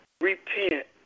Repent